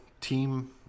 team